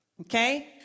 Okay